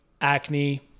acne